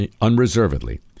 unreservedly